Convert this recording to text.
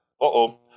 Uh-oh